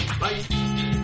Bye